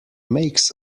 makes